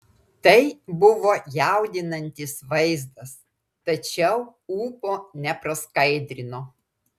tai buvo jaudinantis vaizdas tačiau ūpo nepraskaidrino